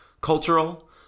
Cultural